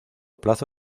plazo